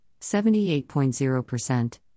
78.0%